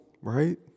Right